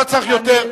לא צריך יותר.